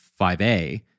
5a